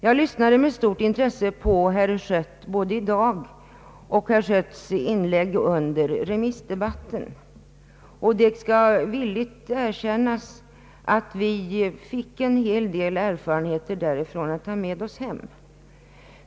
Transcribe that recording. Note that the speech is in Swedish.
Jag lyssnade med mycket stort intresse till herr Schött både i dag och under remissdebatten. Det skall villigt erkännas att vi fick en hel del erfarenheter i USA att ta med oss hem.